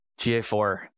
GA4